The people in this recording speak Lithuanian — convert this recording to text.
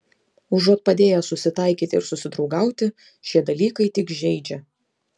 užuot padėję susitaikyti ir susidraugauti šie dalykai tik žeidžia